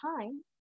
time